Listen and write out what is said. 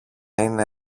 είναι